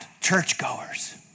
churchgoers